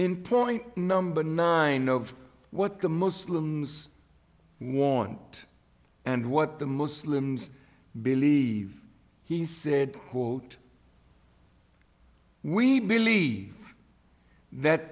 point number nine of what the muslims want and what the muslims believe he said quote we believe that